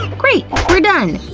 ah great, we're done